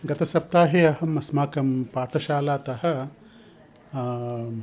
गतसप्ताहे अहम् अस्माकं पाठशालातः